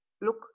look